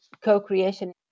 co-creation